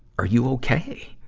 are you okay?